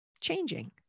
changing